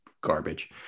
garbage